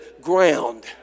ground